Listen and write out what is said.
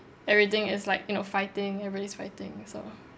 everything is like you know fighting everybody's fighting so